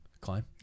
Climb